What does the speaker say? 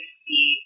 see